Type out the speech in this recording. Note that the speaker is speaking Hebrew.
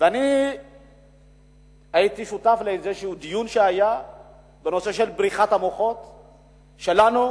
ואני הייתי שותף לאיזשהו דיון בנושא בריחת המוחות שלנו,